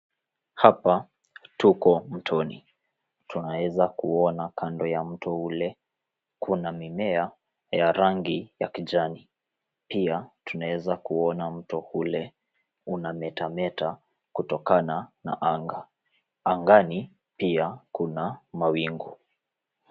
Hapa tuko mtoni. Tunaweza kuona kando ya mto ule kuna mimea ya rangi ya kijani. Pia tunaweza kuona mto ule unametameta kutokana na anga. Angani pia kuna mawingu.